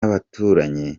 abaturanyi